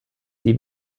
die